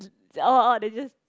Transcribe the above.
oh oh they just